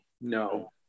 No